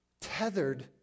tethered